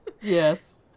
yes